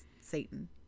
satan